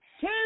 Two